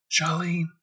Charlene